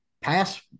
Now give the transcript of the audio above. pass